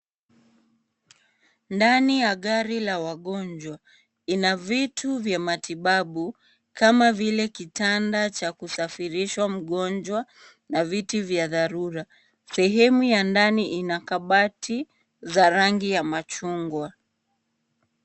Ndani ya gari la wagonjwa. Ina vitu vya matibabu kama vile kitanda cha kusafirishwa mgonjwa na viti vya dharura. Sehemu ya ndani ina kabati za rangi ya machungwa.